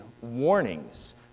warnings